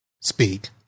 speak